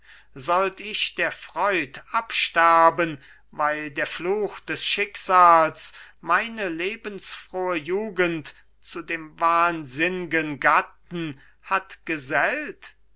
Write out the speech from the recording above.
sollt ich der freud absterben weil der fluch des schicksals meine lebensfrohe jugend zu dem wahnsinngen gatten hat gesellt